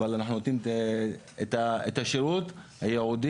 אנחנו נותנים את השירות הייעודי,